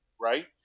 Right